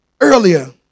earlier